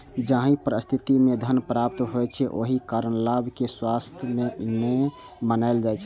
जाहि परिस्थिति मे धन प्राप्त होइ छै, ओहि कारण लाभ कें राजस्व नै मानल जाइ छै